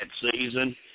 season